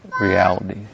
reality